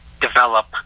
develop